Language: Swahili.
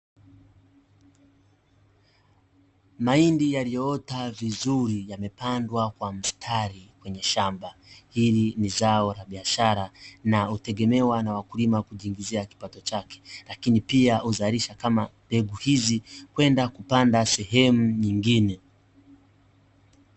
Mahindi yaliyoota vizuri yamepandwa kwa mstari kwenye shamba. Hili ni zao la biashara na hutegemewa na wakulima kujiingizia kipato chake lakini pia huzalisha kama mbegu hizi kwenda kupanda sehemu nyingine.